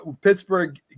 Pittsburgh